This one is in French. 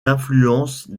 influences